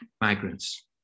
migrants